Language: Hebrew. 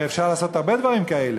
הרי אפשר לעשות הרבה דברים כאלה,